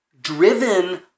driven